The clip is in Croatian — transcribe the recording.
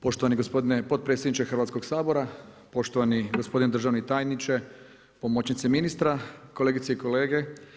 Poštovani gospodine potpredsjedniče Hrvatskoga sabora, poštovani gospodine državni tajniče, pomoćniče ministra, kolegice i kolege.